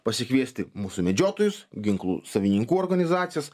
pasikviesti mūsų medžiotojus ginklų savininkų organizacijas